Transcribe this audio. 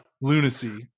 lunacy